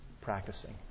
practicing